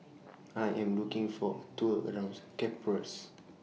I Am looking For A Tour around Cyprus